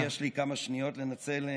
יש לי כמה שניות לנצל?